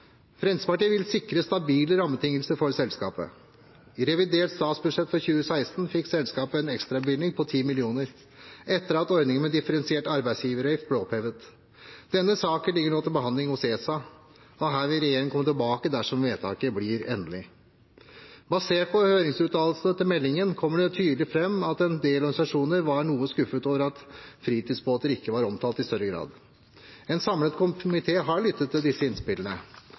Fremskrittspartiet vil sikre stabile rammebetingelser for selskapet. I revidert statsbudsjett for 2016 fikk selskapet en ekstrabevilgning på 10 mill. kr, etter at ordningen med differensiert arbeidsgiveravgift ble opphevet. Denne saken ligger nå til behandling hos ESA, og her vil regjeringen komme tilbake dersom vedtaket blir endelig. I høringsuttalelsene til meldingen kommer det tydelig fram at en del organisasjoner var noe skuffet over at fritidsbåter ikke var omtalt i større grad. En samlet komité har lyttet til disse innspillene